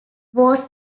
was